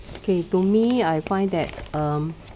okay to me I find that um